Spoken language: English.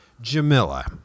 Jamila